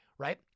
Right